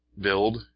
build